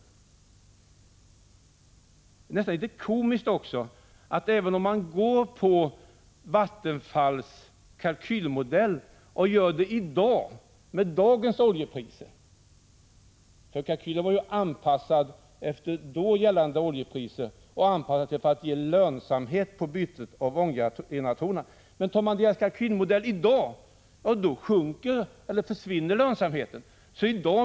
Det hela är nästan litet komiskt också. Även om man följer Vattenfalls kalkylmodell, med dagens oljepriser, får man ta hänsyn till att kalkylen var anpassad till tidigare gällande oljepriser och anpassad för att ge lönsamhet åt bytet av ånggeneratorerna. Men i dag försvinner lönsamheten enligt denna kalkylmodell.